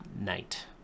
night